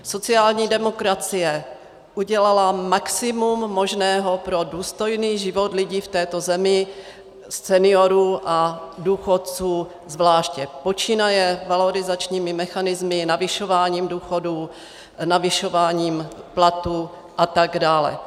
Sociální demokracie udělala maximum možného pro důstojný život lidí v této zemi, seniorů a důchodců zvláště, počínaje valorizačními mechanismy, navyšováním důchodů, navyšováním platů atd.